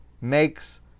makes